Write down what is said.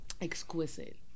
exquisite